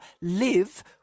live